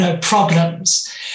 problems